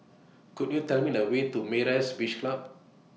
Could YOU Tell Me The Way to Myra's Beach Club